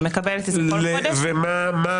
היא מקבלת את זה כל חודש.